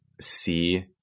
see